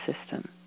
system